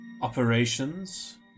operations